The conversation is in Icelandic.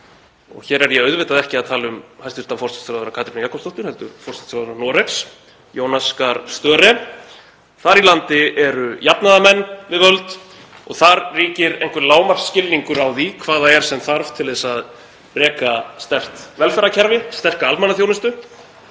og hér er ég auðvitað ekki að tala um hæstv. forsætisráðherra, Katrínu Jakobsdóttur, heldur forsætisráðherra Noregs, Jonas Gahr Støre. Þar í landi eru jafnaðarmenn við völd og þar ríkir einhver lágmarksskilningur á því hvað það er sem þarf til að reka sterkt velferðarkerfi, sterka almannaþjónustu.